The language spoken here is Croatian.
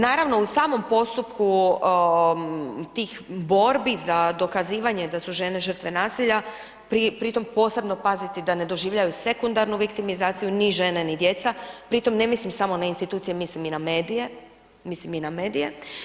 Naravno u samom postupku tih borbi za dokazivanje da su žene žrtve nasilja, pri tome posebno paziti da ne doživljavaju sekundarnu viktimizaciju ni žene ni djeca, pri tome ne mislim samo na institucije, mislim i na medije, mislim i na medije.